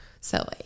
silly